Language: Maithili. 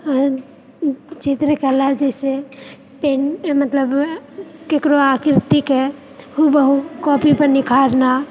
आ चित्रकला जाहिसँ पेन मतलब केकरो आकृतिके हुबहुँ कॉपी पर निखारना